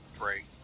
Drake